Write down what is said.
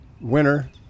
winner